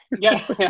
Yes